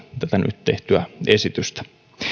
tätä nyt tehtyä esitystä